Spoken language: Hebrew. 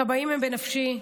כבאים הם בנפשי.